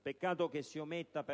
Peccato che si ometta